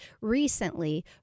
recently